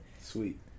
Sweet